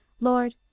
Lord